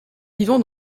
vivant